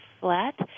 flat